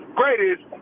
greatest